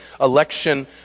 election